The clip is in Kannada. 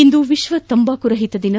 ಇಂದು ವಿಶ್ವ ತಂಬಾಕು ರಹಿತ ದಿನ